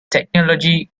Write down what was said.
technology